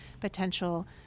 potential